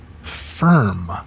firm